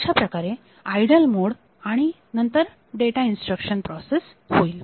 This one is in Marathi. अशाप्रकारे आयडल मोड नंतर डेटा इन्स्ट्रक्शन प्रोसेस होईल